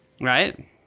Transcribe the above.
Right